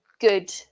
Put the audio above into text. good